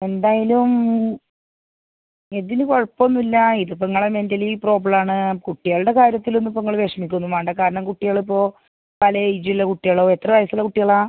എന്തായാലും ഇതില് കുഴപ്പമൊന്നും ഇല്ല ഇത് ഇപ്പോൾ നിങ്ങളുടെ മെൻ്റലി പ്രോബ്ലം ആണ് കുട്ടികളുടെ കാര്യത്തിൽ ഒന്നും ഇപ്പോൾ നിങ്ങൾ വിഷമിക്കുകയൊന്നും വേണ്ട കാരണം കുട്ടികൾ ഇപ്പോൾ പല ഏജ് ഉള്ള കുട്ടികളാകും എത്ര വയസുള്ള കുട്ടികളാണ്